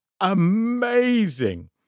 amazing